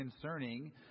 concerning